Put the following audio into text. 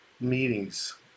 meetings